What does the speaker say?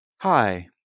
Hi